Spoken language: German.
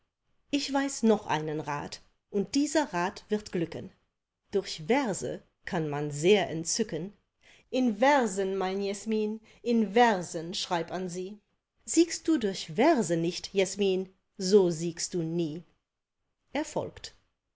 ich weiß noch einen rat und dieser rat wird glücken durch verse kann man sehr entzücken in versen mein jesmin in versen schreib an sie siegst du durch verse nicht jesmin so siegst du nie er folgt